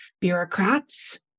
bureaucrats